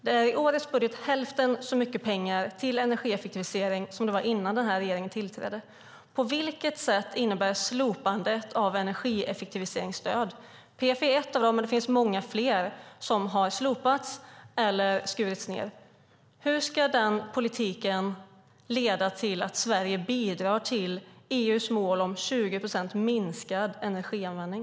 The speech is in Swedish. Det är i årets budget hälften så mycket pengar till energieffektivisering som det var innan den här regeringen tillträdde. På vilket sätt innebär slopandet av energieffektiviseringsstöd - PFE är ett av dem, men det finns många fler som har slopats eller har skurits ned - att Sverige bidrar till EU:s mål om 20 procents minskad energianvändning?